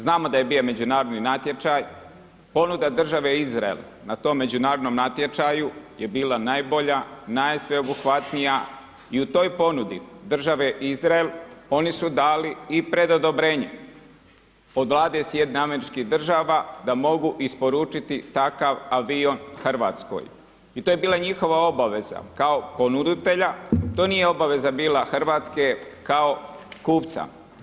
Znamo da je bio međunarodni natječaj, ponuda države Izrael, na tom međunarodnom natječaju je bila najbolja, najsveobuhvatnija i tu oj ponudi države Izrael, oni su dali i predodabrenje, od Vlade SAD, da mogu isporučiti takav avion Hrvatskoj i to je bila njihova obaveza kao ponuditelja, to nije obaveza bila Hrvatske, kao kupca.